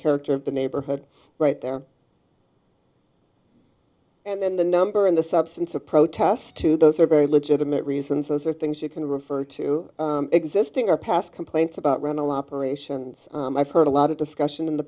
character of the neighborhood right there and then the number in the substance of protests to those are very legitimate reasons those are things you can refer to existing or past complaints about run a la peroration i've heard a lot of discussion in the